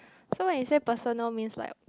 so when you say personal means like